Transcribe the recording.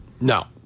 No